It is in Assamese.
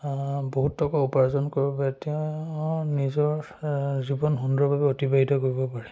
বহুত টকা উপাৰ্জন কৰিব পাৰে তেওঁ নিজৰ জীৱন সুন্দৰভাৱে অতিবাহিত কৰিব পাৰে